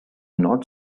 not